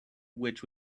which